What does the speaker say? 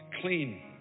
clean